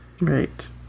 Right